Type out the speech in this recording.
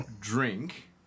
drink